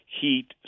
heat